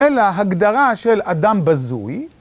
אלא הגדרה של אדם בזוי.